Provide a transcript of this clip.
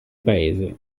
paese